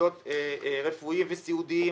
מוסדות רפואיים וסיעודיים.